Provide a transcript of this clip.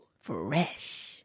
Fresh